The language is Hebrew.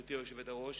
גברתי היושבת-ראש,